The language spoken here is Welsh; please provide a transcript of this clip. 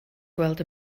gweld